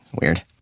Weird